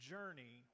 Journey